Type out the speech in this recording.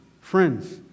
friends